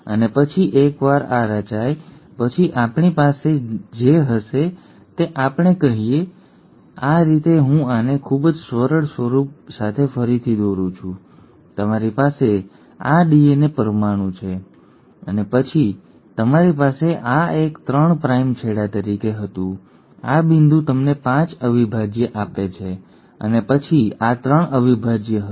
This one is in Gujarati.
અને પછી એકવાર આ રચાય પછી આપણી પાસે હવે જે હશે તે આપણે કહીએ આ રીતે હું આને ખૂબ જ સરળ સ્વરૂપ સાથે ફરીથી દોરું છું તેથી તમારી પાસે આ ડીએનએ પરમાણુ છે અને પછી તમારી પાસે આ એક 3 પ્રાઇમ છેડા તરીકે હતું આ બિંદુ તમને 5 અવિભાજ્ય આપે છે અને પછી આ 3 અવિભાજ્ય હતું અને પછી આ 5 અવિભાજ્ય હતું